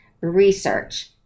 research